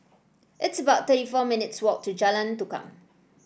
it's about thirty four minutes' walk to Jalan Tukang